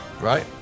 Right